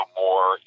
more